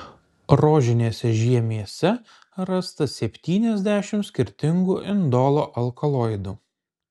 rožinėse žiemėse rasta septyniasdešimt skirtingų indolo alkaloidų